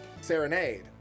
Serenade